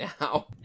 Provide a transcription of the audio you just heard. now